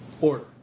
order